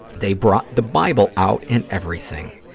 they brought the bible out and everything.